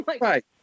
Right